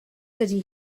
dydy